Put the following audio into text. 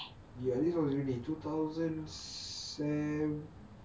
ya this was uni two thousand seven